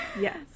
Yes